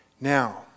Now